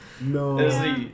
No